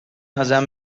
ازم